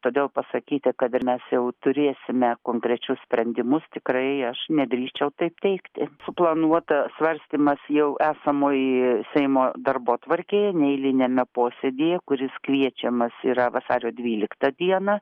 todėl pasakyti kad ir mes jau turėsime konkrečius sprendimus tikrai aš nedrįsčiau taip teikti suplanuota svarstymas jau esamoj seimo darbotvarkėje neeiliniame posėdyje kuris kviečiamas yra vasario dvyliktą dieną